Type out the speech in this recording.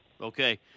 Okay